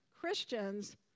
Christians